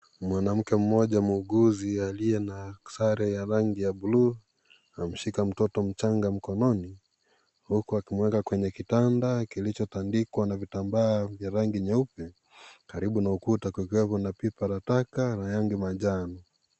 Kuna mwanamke mmoja muuguzi aliye na sare ya rangi ya bluu na ameshika mtoto mchanga mkononi huku akimueka kwenye kitanda kilichotandikwa na vitambaa vya rangi nyeupe karibu na ukuta mwangavu na pipa la taka la rangi manjano.